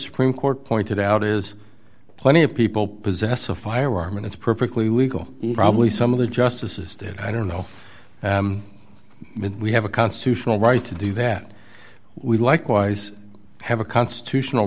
supreme court pointed out is plenty of people possess a firearm and it's perfectly legal probably some of the justices did i don't know that we have a constitutional right to do that we likewise have a constitutional